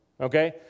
okay